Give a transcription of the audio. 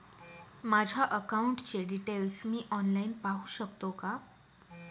माझ्या अकाउंटचे डिटेल्स मी ऑनलाईन पाहू शकतो का?